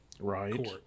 right